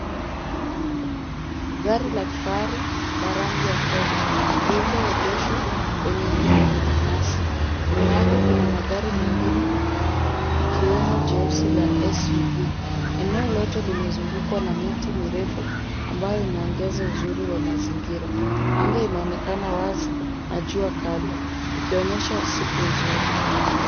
Gari la kifahari la rangi ya fedha lililoegeshwa kwenye eneo lenye nyasi. Nyuma yake kuna magari mengine ikiwemo jeusi la SUV. Eneo lote limezungukwa na miti mirefu ambayo inaongeza uzuri wa mazingira. Anga inaonekana wazi na jua kali ikionyesha siku nzuri.